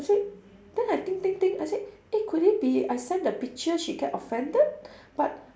I said then I think think think I said eh could it be I send the picture she get offended but